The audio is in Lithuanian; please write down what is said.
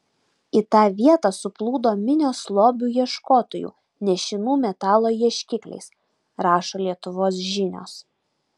į tą vietą suplūdo minios lobių ieškotojų nešinų metalo ieškikliais rašo lietuvos žinios